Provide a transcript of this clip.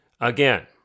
Again